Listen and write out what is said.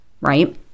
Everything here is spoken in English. right